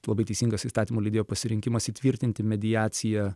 labai teisingas įstatymų leidėjo pasirinkimas įtvirtinti mediaciją